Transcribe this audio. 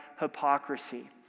hypocrisy